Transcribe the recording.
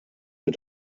wir